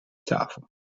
tafel